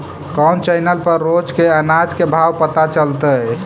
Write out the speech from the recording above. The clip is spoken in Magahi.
कोन चैनल पर रोज के अनाज के भाव पता चलतै?